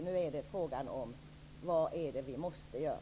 Nu är frågan vad vi måste göra.